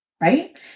right